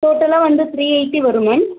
டோட்டலாக வந்து three eighty வரும் மேம்